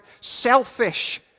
selfish